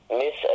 miss